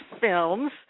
films